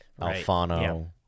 Alfano